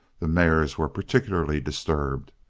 the mares were particularly disturbed,